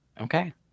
Okay